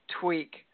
tweak